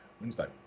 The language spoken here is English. Wednesday